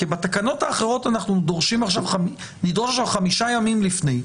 כי בתקנות האחרות אנחנו נדרוש עכשיו חמישה ימים לפני.